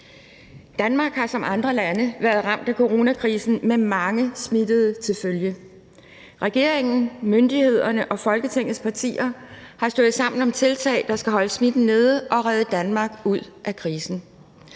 Danmark har som andre lande været ramt af coronakrisen med mange smittede til følge. Regeringen, myndighederne og Folketingets partier har stået sammen om tiltag, der skal holde smitten nede og redde Danmark ud af krisen.